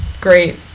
great